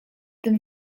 tym